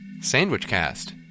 Sandwichcast